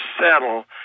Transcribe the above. settle